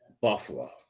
Buffalo